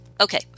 Okay